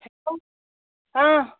hello آ